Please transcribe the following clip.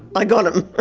i got em!